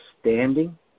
standing